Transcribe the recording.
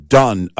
done